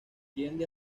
tiende